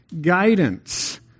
guidance